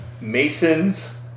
Masons